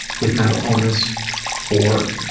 with mental illness or